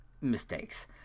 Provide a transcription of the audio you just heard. mistakes